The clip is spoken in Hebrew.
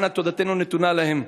תודתנו נתונה להם.